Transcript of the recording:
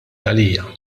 għalija